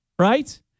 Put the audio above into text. Right